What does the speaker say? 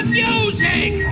music